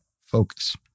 focus